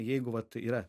jeigu vat yra